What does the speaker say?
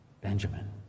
Benjamin